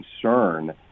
concern